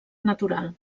natural